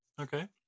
Okay